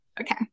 Okay